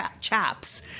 chaps